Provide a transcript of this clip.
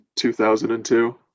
2002